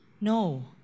no